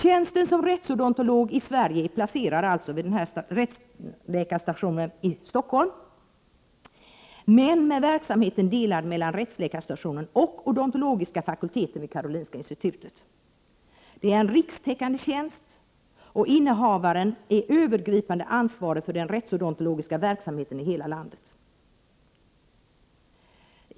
Tjänsten som rättsodontolog i Sverige är placerad vid rättsläkarstationen i Stockholm men med verksamheten delad mellan rättsläkarstationen och odontologiska fakulteten vid Karolinska institutet. Tjänsten är rikstäckande, och innehavaren är övergripande ansvarig för den rättsodontologiska verksamheten i hela landet.